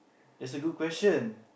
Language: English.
is a good question